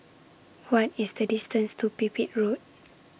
What IS The distance to Pipit Road